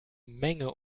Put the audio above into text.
menge